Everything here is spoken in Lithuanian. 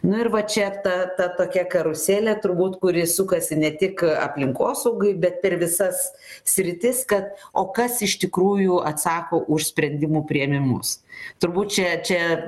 nu ir va čia ta ta tokia karuselė turbūt kuri sukasi ne tik aplinkosaugoj bet per visas sritis kad o kas iš tikrųjų atsako už sprendimų priėmimus turbūt čia čia